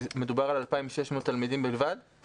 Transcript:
מדובר על 2,600 תלמידים בלבד מתוך מאות אלפים?